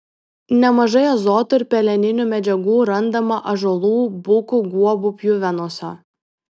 nemažai azoto ir peleninių medžiagų randama ąžuolų bukų guobų pjuvenose